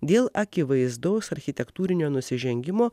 dėl akivaizdaus architektūrinio nusižengimo